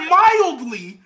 mildly